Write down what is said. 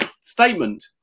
statement